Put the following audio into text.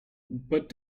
but